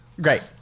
great